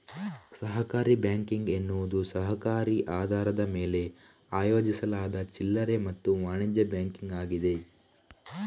ಸಹಕಾರಿ ಬ್ಯಾಂಕಿಂಗ್ ಎನ್ನುವುದು ಸಹಕಾರಿ ಆಧಾರದ ಮೇಲೆ ಆಯೋಜಿಸಲಾದ ಚಿಲ್ಲರೆ ಮತ್ತು ವಾಣಿಜ್ಯ ಬ್ಯಾಂಕಿಂಗ್ ಆಗಿದೆ